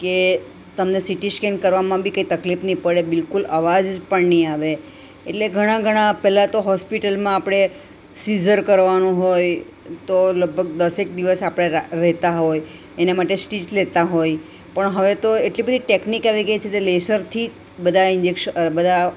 કે તમને CT scan કરવામાં બી કંઈ તકલીફ નહિ પડે બિલ્કુલ અવાજ પણ નહિ આવે એટલે ઘણા ઘણા પહેલાં તો હોસ્પિટલમાં આપણે સિઝર કરવાનું હોય તો લગભગ દસેક દિવસ આપણે રા રહેતા હોય એને માટે સ્ટીચ લેતા હોય પણ હવે તો એટલી બધી ટેક્નિક આવી ગઈ છે તે લેસરથી બધા ઇંજેક્શ બધા